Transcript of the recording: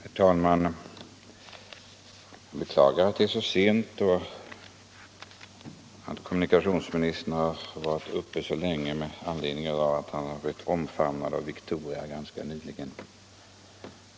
Herr talman! Jag beklagar att det är så sent och att kommunikationsministern tvingats vara uppe så länge, då han blivit omfamnad av Victoria ganska nyligen.